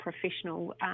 professional